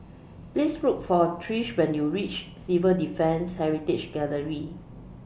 Please Look For Trish when YOU REACH Civil Defence Heritage Gallery